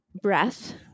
breath